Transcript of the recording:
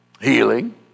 Healing